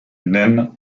nène